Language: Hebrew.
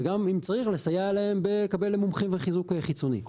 וגם אם צריך לסייע להם בלקבל מומחים וחיזוק חיצוני.